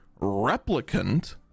Replicant